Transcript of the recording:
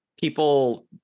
people